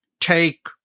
take